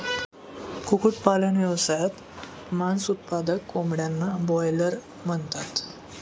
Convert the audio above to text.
कुक्कुटपालन व्यवसायात, मांस उत्पादक कोंबड्यांना ब्रॉयलर म्हणतात